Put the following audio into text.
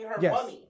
Yes